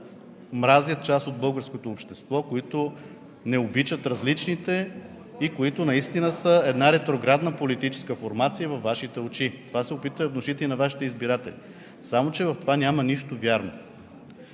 мразят част от българското общество, които не обичат различните и които наистина са една ретроградна политическа формация във Вашите очи. Това се опитвате да внушите и на Вашите избиратели. Само че в това няма нищо вярно,